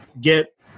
get